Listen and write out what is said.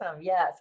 Yes